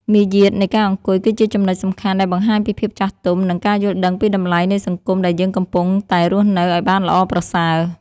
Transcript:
មារយាទនៃការអង្គុយគឺជាចំណុចសំខាន់ដែលបង្ហាញពីភាពចាស់ទុំ និង ការយល់ដឹងពីតម្លៃនៃសង្គមដែលយើងកំពុងតែរស់នៅឱ្យបានល្អប្រសើរ។